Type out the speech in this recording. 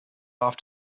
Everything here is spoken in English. off